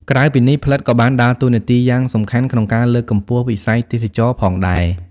ក្រៅពីនេះ ផ្លិតក៏បានដើរតួនាទីយ៉ាងសំខាន់ក្នុងការ លើកកម្ពស់វិស័យទេសចរណ៍ផងដែរ។